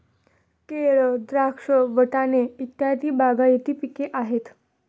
केळ, द्राक्ष, वाटाणे इत्यादी बागायती पिके आहेत